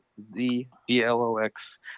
Z-B-L-O-X